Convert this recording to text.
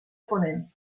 ponent